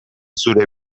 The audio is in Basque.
zure